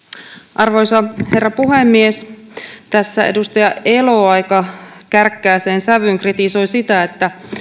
arvoisa herra puhemies edustaja elo aika kärkkääseen sävyyn kritisoi sitä että